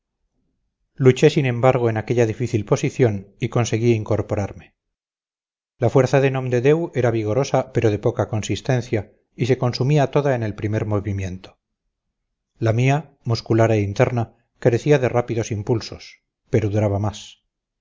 luché sin embargo en aquella difícil posición y conseguí incorporarme la fuerza de nomdedeu era vigorosa pero de poca consistencia y se consumía toda en el primer movimiento la mía muscular e interna carecía de rápidos impulsos pero duraba más